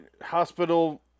hospital